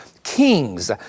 Kings